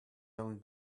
own